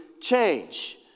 change